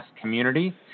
community